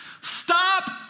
Stop